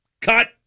cut